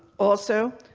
also,